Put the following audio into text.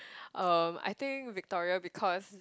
um I think Victoria because